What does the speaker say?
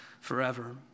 forever